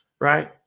right